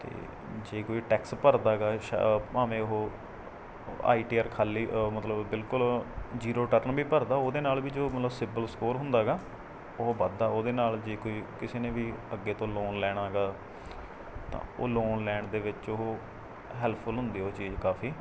ਅਤੇ ਜੇ ਕੋਈ ਟੈਕਸ ਭਰਦਾ ਹੈਗਾ ਸ਼ ਭਾਵੇਂ ਉਹ ਆਈ ਟੀ ਆਰ ਖਾਲੀ ਮਤਲਬ ਬਿਲਕੁਲ ਜੀਰੋ ਰਿਟਰਨ ਵੀ ਭਰਦਾ ਉਹਦੇ ਨਾਲ ਵੀ ਮਤਲਬ ਜੋ ਸਿੱਬਲ ਸਕੋਰ ਹੁੰਦਾ ਹੈਗਾ ਉਹ ਵਧਦਾ ਉਹਦੇ ਨਾਲ ਜੇ ਕੋਈ ਕਿਸੇ ਨੇ ਵੀ ਅੱਗੇ ਤੋਂ ਲੋਨ ਲੈਣਾ ਹੈਗਾ ਤਾਂ ਉਹ ਲੋਨ ਲੈਣ ਦੇ ਵਿੱਚ ਉਹ ਹੈਲਪਫੁੱਲ ਹੁੰਦੀ ਉਹ ਚੀਜ਼ ਕਾਫੀ